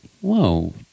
whoa